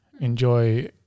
enjoy